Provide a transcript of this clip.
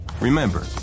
Remember